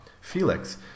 Felix